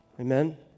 Amen